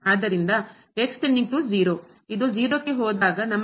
ಆದ್ದರಿಂದ ಇದು 0 ಕ್ಕೆ ಹೋದಾಗ ನಮಗೆ